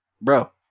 bro